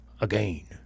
Again